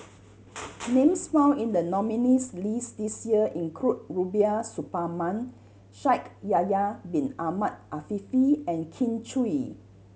names found in the nominees' list this year include Rubiah Suparman Shaikh Yahya Bin Ahmed Afifi and Kin Chui